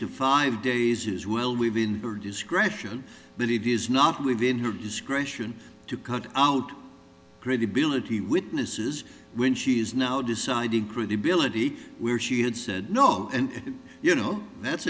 to five days is well within her discretion but it is not within her discretion to cut out credibility witnesses when she is now deciding credibility where she had said no and you know that's